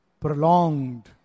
prolonged